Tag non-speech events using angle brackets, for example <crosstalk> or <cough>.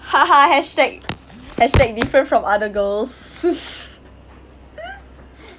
ha ha hashtag hashtag different from other girls <laughs>